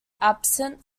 absent